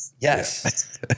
yes